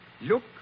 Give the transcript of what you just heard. look